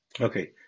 Okay